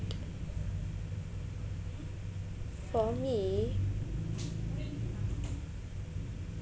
for me